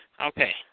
Okay